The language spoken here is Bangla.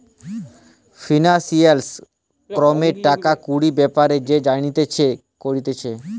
ফিনান্সিয়াল ক্রাইমে টাকা কুড়ির বেপারে যে জালিয়াতি করতিছে